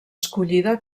escollida